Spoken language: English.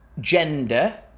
Gender